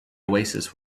oasis